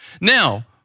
Now